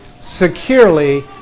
securely